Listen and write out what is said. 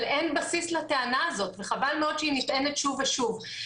אבל אין בסיס לטענה הזאת וחבל מאוד שהיא נטענת שוב ושוב,